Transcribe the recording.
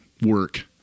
work